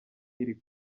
iri